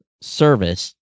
service